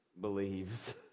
believes